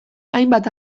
hainbat